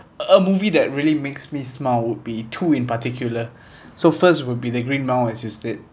a movie that really makes me smile would be two in particular so first would be the green mile as you said